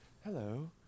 hello